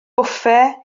bwffe